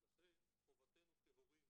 לכן חובתנו כהורים,